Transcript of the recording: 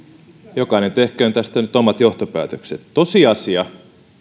jokainen tehköön tästä nyt omat johtopäätökset tosiasia